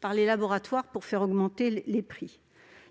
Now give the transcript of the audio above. par les laboratoires pour faire augmenter les prix.